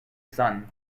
son